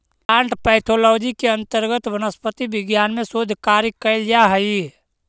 plant pathology के अंतर्गत वनस्पति विज्ञान में शोध कार्य कैल जा हइ